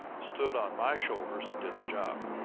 stood on my shoulders and did the job.